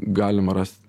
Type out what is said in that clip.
galima rast